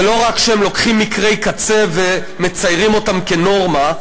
זה לא רק שהם לוקחים מקרי קצה ומציירים אותם כנורמה,